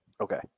okay